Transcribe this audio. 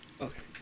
Okay